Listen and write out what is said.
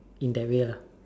in that way lah